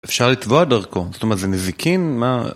אפשר לתבוע דרכו, זאת אומרת, זה נזיקין, מה?